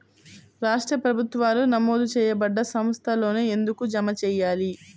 రాష్ట్ర ప్రభుత్వాలు నమోదు చేయబడ్డ సంస్థలలోనే ఎందుకు జమ చెయ్యాలి?